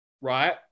right